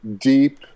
deep